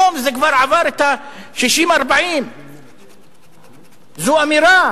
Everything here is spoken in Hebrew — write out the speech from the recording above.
כיום זה עבר את ה-40% 60%. זו אמירה